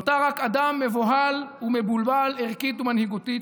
נותר רק אדם מבוהל ומבולבל ערכית ומנהיגותית,